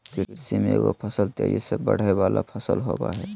कृषि में एगो फसल तेजी से बढ़य वला फसल होबय हइ